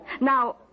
Now